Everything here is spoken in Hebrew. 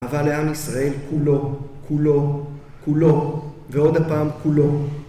אבל לעם ישראל כולו, כולו, כולו, ועוד הפעם כולו.